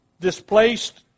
displaced